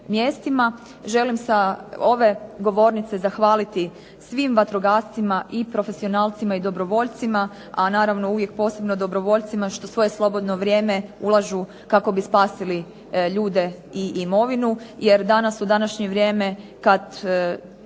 mjestima. Želim sa ove govornice zahvaliti svim vatrogascima i profesionalcima i dobrovoljcima, a naravno uvijek posebno dobrovoljcima što svoje slobodno vrijeme ulažu kako bi spasili ljude i imovinu. Jer danas, u današnje vrijeme kad